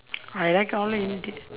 I like all the indian